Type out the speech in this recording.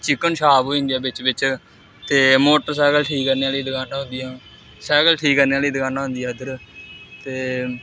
chicken shop होई जंदी बिच्च बिच्च ते मोटरसाइकल ठीक करने आह्ली दकानां होंदिया साइकल ठीक करने आह्ली दकानां होंदियां उद्धर ते